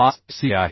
45 fckआहे